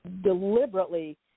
deliberately